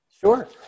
Sure